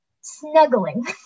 snuggling